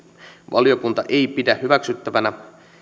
valiokunta ei pidä hyväksyttävänä